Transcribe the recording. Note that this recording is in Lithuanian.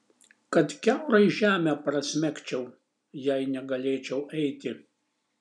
kad kiaurai žemę prasmegčiau jei negalėčiau eiti